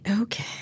Okay